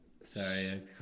Sorry